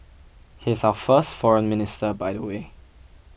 he is our first Foreign Minister by the way